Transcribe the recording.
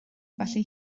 felly